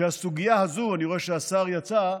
שהסוגיה הזו, אני רואה שהשר יצא,